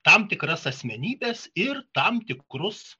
tam tikras asmenybes ir tam tikrus